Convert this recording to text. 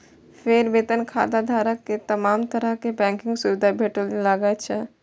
फेर वेतन खाताधारक कें तमाम तरहक बैंकिंग सुविधा भेटय लागै छै